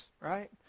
right